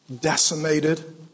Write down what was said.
decimated